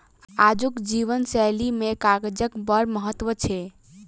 आजुक जीवन शैली मे कागजक बड़ महत्व छै